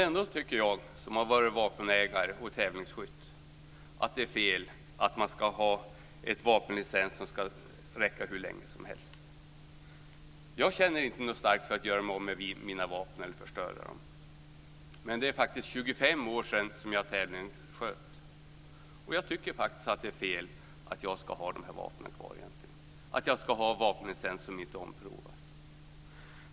Ändå tycker jag, som länge har varit vapenägare och tävlingsskytt, att det är fel att man ska ha en vapenlicens som räcker hur länge som helst. Jag känner inte starkt för att göra mig av med mina vapen eller förstöra dem. Men det är faktiskt 25 år sedan jag tävlingssköt. Jag tycker faktiskt att det är fel att jag ska ha de här vapnen kvar, att jag ska ha en vapenlicens som inte omprövas.